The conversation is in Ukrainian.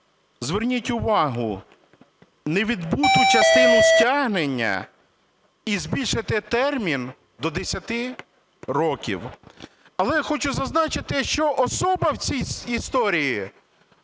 зверніть увагу, невідбуту частину стягнення і збільшити термін до 10 років. Але я хочу зазначити, що особа в цій історії